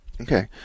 okay